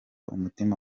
umutima